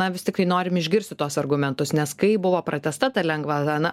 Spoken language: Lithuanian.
na vis tiktai norim išgirsti tuos argumentus nes kai buvo pratęsta ta lengvata na